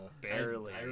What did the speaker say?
Barely